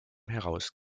heraus